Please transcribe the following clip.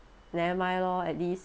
nevermind lor at least